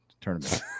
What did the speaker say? tournament